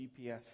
GPS